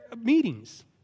meetings